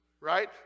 right